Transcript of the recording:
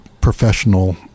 professional